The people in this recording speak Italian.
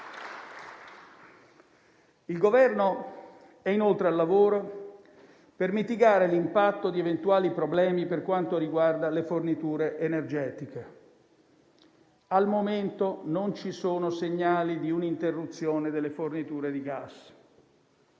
Il Governo è inoltre al lavoro per mitigare l'impatto di eventuali problemi per quanto riguarda le forniture energetiche. Al momento non ci sono segnali di un'interruzione delle forniture di gas.